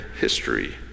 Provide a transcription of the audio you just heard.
history